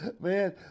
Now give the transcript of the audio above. Man